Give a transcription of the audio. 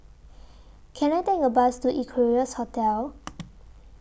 Can I Take A Bus to Equarius Hotel